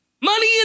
Money